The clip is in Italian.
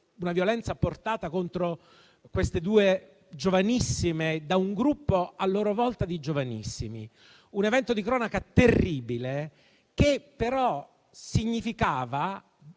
la violenza portata contro queste due giovanissime da un gruppo a loro volta di giovanissimi. Si tratta di un evento di cronaca terribile che però significava